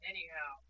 Anyhow